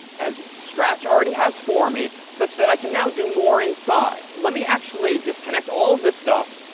as scratch already has for me, such that i can now do more inside. let me actually disconnect all of this stuff.